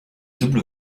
double